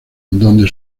donde